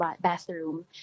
bathroom